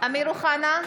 אמיר אוחנה,